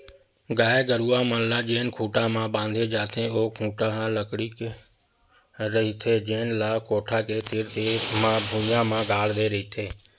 गाय गरूवा मन ल जेन खूटा म बांधे जाथे ओ खूटा ह लकड़ी के ही रहिथे जेन ल कोठा के तीर तीर म भुइयां म गाड़ दे रहिथे